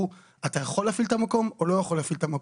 כזה שאתה יכול להפעיל את המקום הוא לא יכול להפעיל אותו.